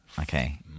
Okay